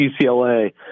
UCLA